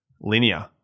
linear